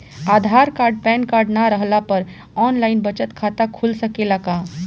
आधार card pan card न रहला पर आन लाइन बचत खाता खुल सकेला का?